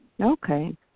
Okay